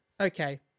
Okay